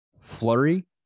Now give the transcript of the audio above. Flurry